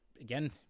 again